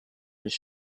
was